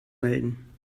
melden